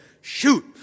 shoot